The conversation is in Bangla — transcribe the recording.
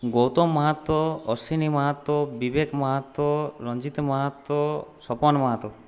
গৌতম মাহাতো অশ্বিনী মাহাতো বিবেক মাহাতো রঞ্জিত মাহাতো স্বপন মাহাতো